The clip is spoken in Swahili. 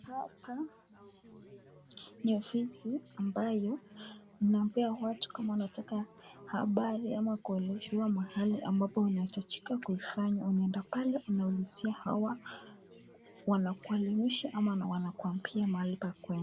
Hapa ni ofisi ambayo inapea watu kama wanataka habari ama kuelezewa mahali ambapo unahitajika kufanya unaenda pale unaulizia hawa wanakuelimisha ama wanakuambia mahali pa kuenda.